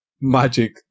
Magic